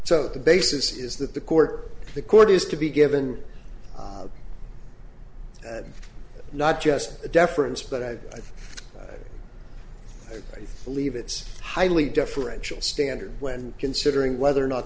so the basis is that the court the court is to be given not just a deference but i believe it's highly deferential standard when considering whether or not